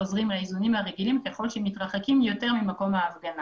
חוזרים האיזונים הרגילים ככל שמתרחקים יותר ממקום ההפגנה.